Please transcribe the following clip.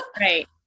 Right